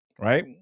Right